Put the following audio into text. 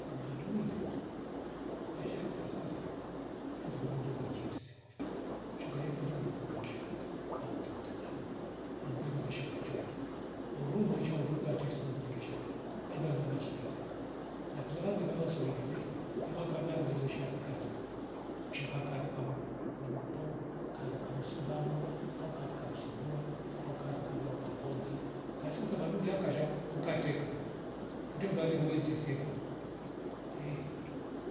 Tamaduni le maisha ya kisasa le watuza zawolule zakiete saivofu shoka yatweve vina mavina kishka au kuto utamaduni homberu ndisha nachuiki horu maisha horu kula cheti zumbe nglishavo vandu walliwavava swahili na kusava dwivava swahile ni makabila lilwe shaalikana mshanga kaalika m- mndou kalika msilamu au kalika msigua au kalika m- makonde basi utamadu laksha ukateka kwete mnduwali wese siefo ehh